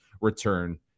return